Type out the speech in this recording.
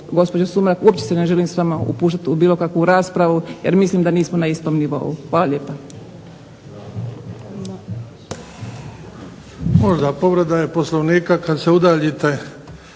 gospođo Sumrak uopće se ne želim s vama upuštati u bilo kakvu raspravu jer mislim da nismo na istom nivou. Hvala lijepa. **Bebić, Luka (HDZ)** Možda, povreda je Poslovnika kad se udaljite